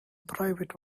private